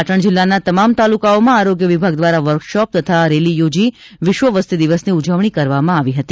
પાટણ જિલ્લાના તમામ તાલુકાઓમાં આરોગ્ય વિભાગ દ્વારા વર્કશોપ તથા રેલી યોજી વિશ્વ વસ્તી દિવસની ઉજવણી કરવામાં આવી હતી